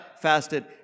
fasted